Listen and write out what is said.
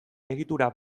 egitura